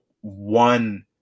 one